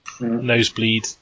Nosebleed